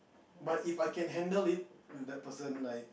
but If I can handle it that person like